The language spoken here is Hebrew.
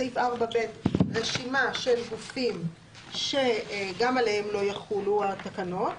בסעיף 4(ב) רשימה של גופים שגם עליהם לא יחולו התקנות.